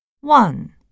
One